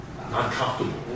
uncomfortable